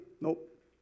nope